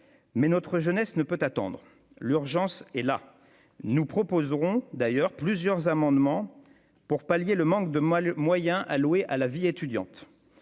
mais notre jeunesse ne peut attendre : l'urgence est là ! Nous proposerons par conséquent plusieurs amendements visant à pallier le manque de moyens alloués à la vie étudiante.